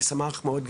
אני שמח מאוד.